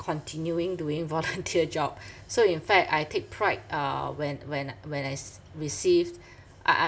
continuing doing volunteer job so in fact I take pride uh when when when I ce~ received I I